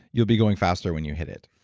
you'll be going faster when you hit it.